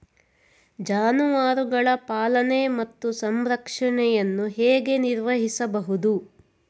ಜಾನುವಾರುಗಳ ಪಾಲನೆ ಮತ್ತು ಸಂರಕ್ಷಣೆಯನ್ನು ಹೇಗೆ ನಿರ್ವಹಿಸಬಹುದು?